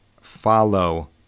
follow